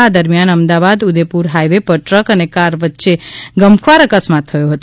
આ દરમિયાન અમદવાદ ઉદેપુર હાઇવે પર ટ્રક અને કાર વચ્ચે ગમખ્વાર અકસ્માત થયો હતો